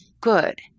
good